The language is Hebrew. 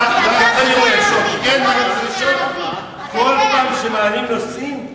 כל פעם שמעלים נושאים,